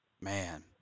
Man